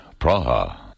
Praha